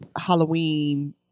Halloween